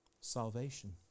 Salvation